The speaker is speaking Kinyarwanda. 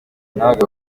n’abagabo